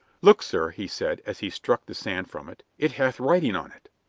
look, sir, he said, as he struck the sand from it, it hath writing on it.